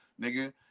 Nigga